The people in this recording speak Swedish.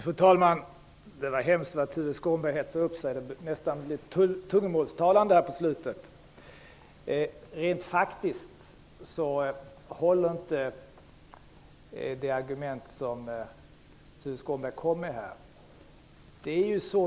Fru talman! Det var hemskt vad Tuve Skånberg hetsade upp sig. Det blev nästan tungomålstalande här på slutet. Rent faktiskt håller inte de argument som Tuve Skånberg kom med här.